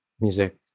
music